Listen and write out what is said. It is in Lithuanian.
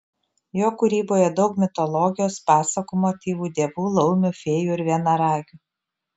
jo kūryboje daug mitologijos pasakų motyvų dievų laumių fėjų ir vienaragių